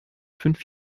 fünf